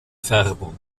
färbung